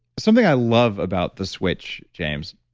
something i love about the switch, james,